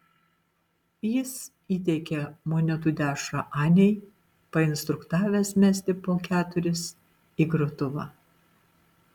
jis įteikė monetų dešrą anei painstruktavęs mesti po keturis į grotuvą